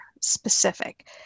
specific